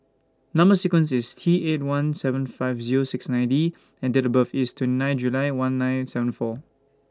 Number sequence IS T eight one seven five Zero six nine D and Date of birth IS twenty nine July one nine seven four